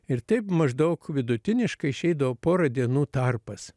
ir taip maždaug vidutiniškai išeidavo pora dienų tarpas